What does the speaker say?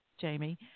Jamie